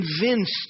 convinced